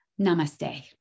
Namaste